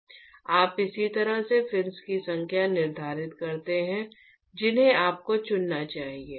आप इसी तरह से फिन्स की संख्या निर्धारित करते हैं जिन्हें आपको चुनना चाहिए